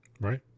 Right